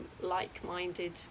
like-minded